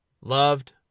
loved